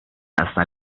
hasta